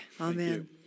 Amen